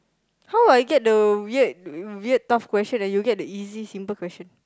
how I get the weird weird tough question and you get the easy simple question